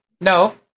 No